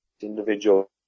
individual